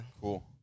cool